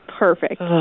Perfect